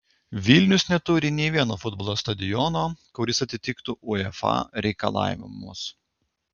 vilnius neturi nei vieno futbolo stadiono kuris atitiktų uefa reikalavimus